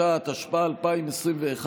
התשפ"א 2021,